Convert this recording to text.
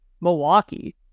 Milwaukee